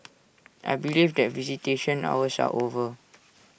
I believe that visitation hours are over